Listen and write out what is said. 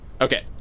Okay